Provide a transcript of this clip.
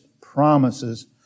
promises